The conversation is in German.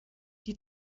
die